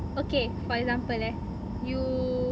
okay for example eh you